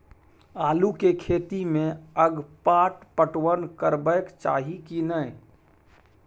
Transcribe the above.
आलू के खेती में अगपाट पटवन करबैक चाही की नय?